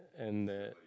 and that